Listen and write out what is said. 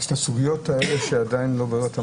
יש את הסוגיות האלה שעדיין לא בררת אותם.